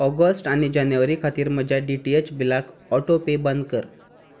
August आनी जानेवारी खातीर म्हज्या डी टी एच बिलाक ऑटो पे बंद कर